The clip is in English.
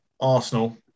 Arsenal